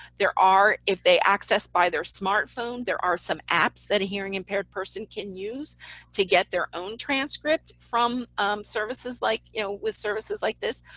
there are, if they access by their smartphone there are some apps that a hearing impaired person can use to get their own transcript from services like you know with services like this.